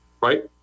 right